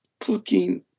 Putin